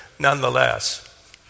Nonetheless